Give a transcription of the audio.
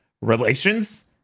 relations